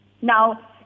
Now